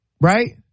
right